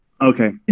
Okay